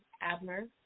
Abner